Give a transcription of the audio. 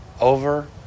over